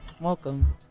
Welcome